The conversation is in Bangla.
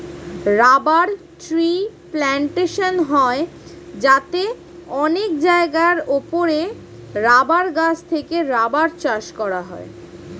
রাবার ট্রি প্ল্যান্টেশন হয় যাতে অনেক জায়গার উপরে রাবার গাছ থেকে রাবার চাষ করা হয়